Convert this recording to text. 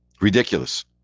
Ridiculous